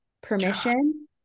permission